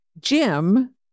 Jim